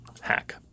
hack